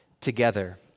together